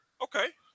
Okay